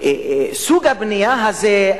הבנייה הזה,